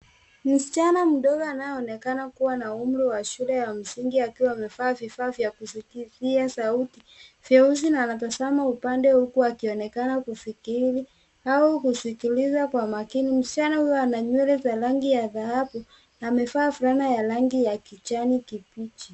Msichana mdogo anayeonekana kuwa na umri wa shule ya msingi akiwa amevaa vifaa vya kusikizia sauti vyeusi na anatazama upande huku akionekana kufikiri au kusikiliza kwa makini. Msichana huyu ana nywele za rangi ya dhahabu na amevaa fulana ya rangi ya kibichi.